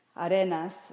Arenas